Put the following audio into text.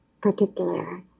particular